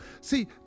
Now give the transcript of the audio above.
See